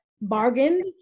bargained